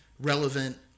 relevant